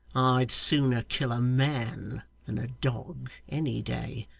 i'd sooner kill a man than a dog any day.